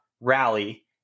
rally